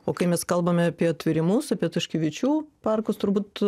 o kai mes kalbame apie atveriamus apie tiškevičių parkus turbūt